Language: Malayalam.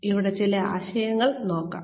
ഇവിടെ ചില ആശയങ്ങൾ നോക്കാം